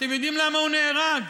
אתם למה הוא נהרג?